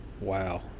Wow